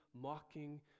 mocking